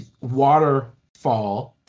waterfall